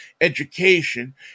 education